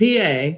PA